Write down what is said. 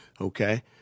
Okay